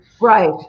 Right